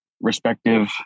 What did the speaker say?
respective